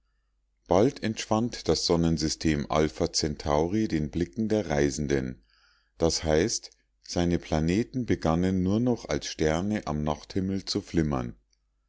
bald entschwand das sonnensystem alpha centauri den blicken der reisenden das heißt seine planeten begannen nur noch als sterne am nachthimmel zu flimmern